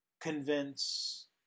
convince